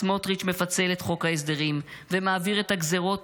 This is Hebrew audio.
סמוטריץ' מפצל את חוק ההסדרים ומעביר את הגזרות